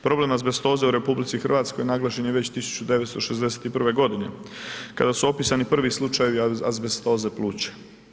Problem azbestoze u RH naglašen je već 1961. godine kada su opisani prvi slučajevi azbestoze pluća.